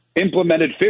implemented